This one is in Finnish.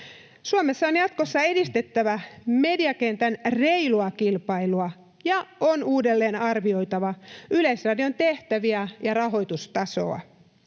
Suomessa on jatkossa edistettävä mediakentän reilua kilpailua ja on uudelleen arvioitava Yleisradion tehtäviä ja rahoitustasoa.